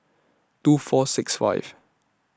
two four six five